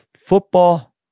football